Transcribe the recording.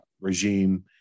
regime